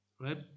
right